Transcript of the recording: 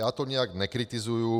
Já to nějak nekritizuji.